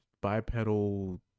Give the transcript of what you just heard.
bipedal